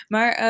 Maar